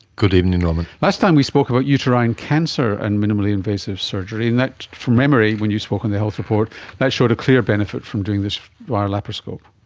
good evening norman. last time we spoke about uterine cancer and minimally invasive surgery and, from memory, when you spoke on the health report that showed a clear benefit from doing this via laparoscope.